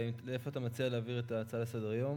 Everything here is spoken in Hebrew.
לאן אתה מציע להעביר את ההצעה לסדר-היום?